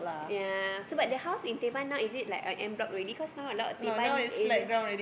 ya so but the house in Teban not is it like R_M block cause now a lot Teban area